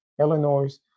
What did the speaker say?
Illinois